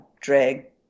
drag